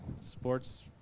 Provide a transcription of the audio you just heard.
sports